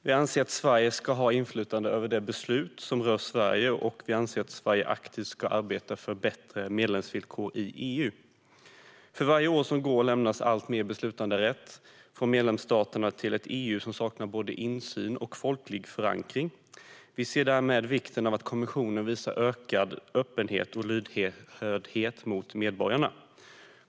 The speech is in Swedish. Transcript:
Vi anser att Sverige ska ha inflytande över de beslut som rör Sverige, och vi anser att Sverige aktivt ska arbeta för bättre medlemsvillkor i EU. För varje år som går lämnas alltmer beslutanderätt från medlemsstaterna till ett EU som saknar både insyn och folklig förankring. Vi ser därmed vikten av att kommissionen visar ökad öppenhet och lyhördhet gentemot medborgarna.